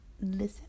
listen